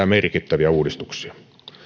merkittäviä uudistuksia